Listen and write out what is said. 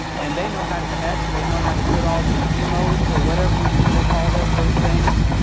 and they know how to text, they know how to put all the emodes or whatever you people call that those things,